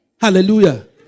Hallelujah